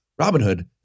Robinhood